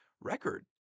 record